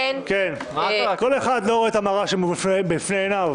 כל אחד לא רואה את המראה לפני עיניו.